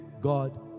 God